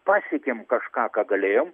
pasiekėm kažką ką galėjom